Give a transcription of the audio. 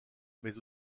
mais